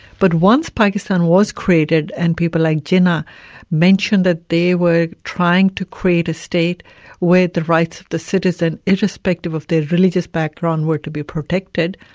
but once pakistan was created and people like jinnah mentioned that they were trying to create a state where the rights of the citizen, irrespective of their village's background, were to be protected,